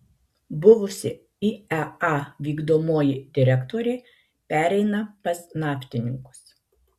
buvusi iea vykdomoji direktorė pereina pas naftininkus